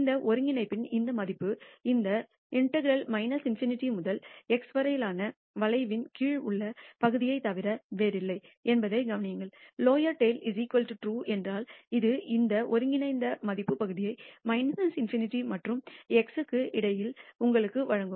இந்த ஒருங்கிணைப்பின் இந்த மதிப்பு இந்த இன்டெகரால் ∞ முதல் x வரையிலான வளைவின் கீழ் உள்ள பகுதியைத் தவிர வேறில்லை என்பதைக் கவனியுங்கள் லோவெற் டைல் true என்றால் அது இந்த ஒருங்கிணைந்த மதிப்பு பகுதியை ∞ மற்றும் x க்கு இடையில் உங்களுக்கு வழங்கும்